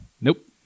nope